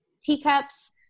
teacups